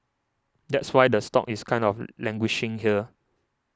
that's why the stock is kind of languishing here